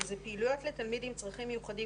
שזה פעילויות לתלמיד עם צרכים מיוחדים